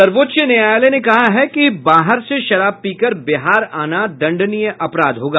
सर्वोच्च न्यायालय ने कहा है कि बाहर से शराब पीकर बिहार आना दंडनीय अपराध होगा